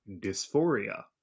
Dysphoria